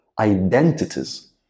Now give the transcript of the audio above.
identities